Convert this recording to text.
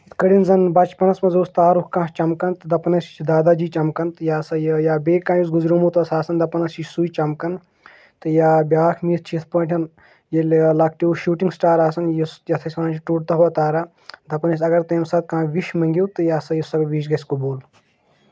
یِتھ کٲٹھۍ زَن بَچپَنَس منٛز اوس تارُک کانٛہہ چَمکَان تہٕ دَپان ٲسۍ یہِ چھِ داداجی چَمکَان تہٕ یہِ ہَسا یہِ یا بیٚیہِ کانٛہہ یُس گُزریمُت اوس آسان دَپان ٲسۍ یہِ سُے چَمکان تہٕ یا بیٛاکھ مِتھ چھِ یِتھ پٲٹھۍ ییٚلہِ لَکٹیو شوٗٹِنٛگ سِٹار آسان یُس یَتھ أسۍ وَنان چھِ ٹوٚٹتا ہوا تارا دَپان ٲسۍ اگر تَمہِ ساتہٕ کانٛہہ وِش مٔنٛگِو تہٕ یہِ ہَسا یُس سۄ وِش گژھِ قبوٗل